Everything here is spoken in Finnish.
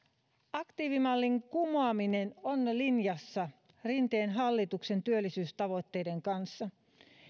aktiivimallin kumoaminen on linjassa rinteen hallituksen työllisyystavoitteiden kanssa